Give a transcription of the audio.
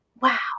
Wow